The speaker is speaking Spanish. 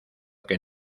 que